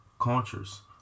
cultures